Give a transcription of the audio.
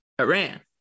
Iran